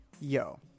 yo